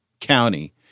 county